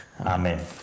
Amen